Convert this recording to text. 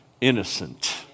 innocent